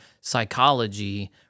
psychology